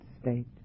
state